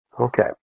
Okay